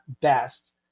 best